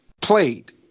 played